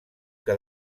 que